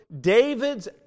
David's